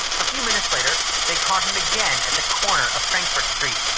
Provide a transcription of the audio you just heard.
a few minutes later they caught him again at the corner of frankfort street.